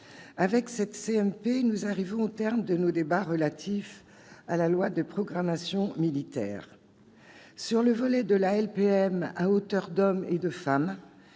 paritaire, nous arrivons au terme de nos débats relatifs à la loi de programmation militaire. Sur son volet « à hauteur d'homme et de femme